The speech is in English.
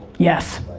yes,